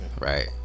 Right